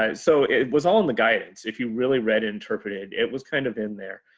um so it was all in the guidance. if you really read interpreted. it was kind of in there.